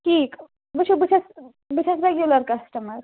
ٹھیٖک وُچھوٗ بہٕ چھَس بہٕ چھَس ریگیٛوٗلَر کَسٹٕمَر